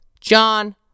John